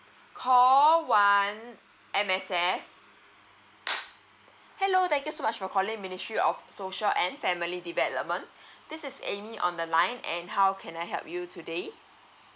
call one M_S_F hello thank you so much for calling ministry of social and family development this is amy on the line and how can I help you today